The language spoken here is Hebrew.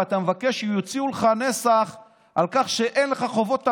ואתה מבקש שיוציאו לך נסח על כך שאין לך חובות ארנונה,